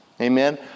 Amen